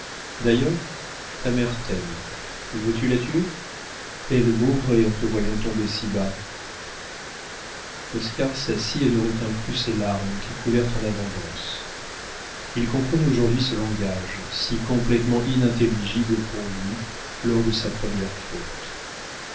d'ailleurs ta mère t'aime veux-tu la tuer elle mourrait en te voyant tombé si bas oscar s'assit et ne retint plus ses larmes qui coulèrent en abondance il comprenait aujourd'hui ce langage si complétement inintelligible pour lui lors de sa première faute